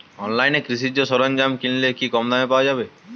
অনলাইনে কৃষিজ সরজ্ঞাম কিনলে কি কমদামে পাওয়া যাবে?